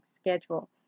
schedule